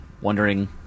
wondering